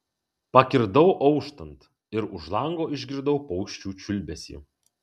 pakirdau auštant ir už lango išgirdau paukščių čiulbesį